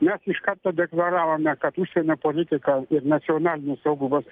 mes iš karto deklaravome kad užsienio politika ir nacionalinis saugumas